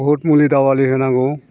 बुहुथ मुलि दावालि होनांगौ